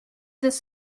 this